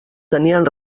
tenien